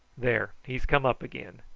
there, he's come up again.